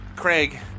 Craig